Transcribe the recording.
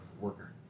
worker